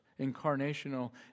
incarnational